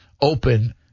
open